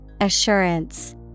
Assurance